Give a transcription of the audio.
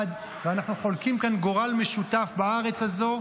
ואנחנו חולקים כאן גורל משותף בארץ הזו,